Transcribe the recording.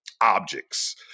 objects